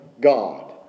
God